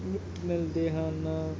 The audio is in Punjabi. ਮ ਮਿਲਦੇ ਹਨ